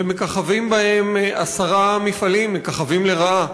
ומככבים בהם עשרה מפעלים, מככבים לרעה.